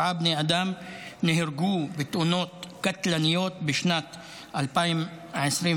בני אדם נהרגו בתאונות קטלניות בשנת 2024,